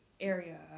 area